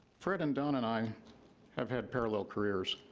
fred and don and i have had parallel careers.